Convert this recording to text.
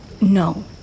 No